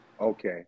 Okay